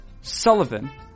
Sullivan